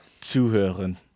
Zuhören